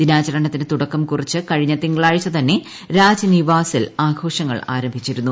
ദിനാചരണത്തിന് തുടക്കം കുറിച്ച് കഴിഞ്ഞ തിങ്കളാഴ്ച തന്നെ രാജ്നിവാസിൽ ആഘോഷങ്ങൾ ആരംഭിച്ചിരുന്നു